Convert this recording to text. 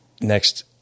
next